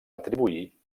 atribuir